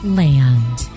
land